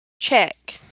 check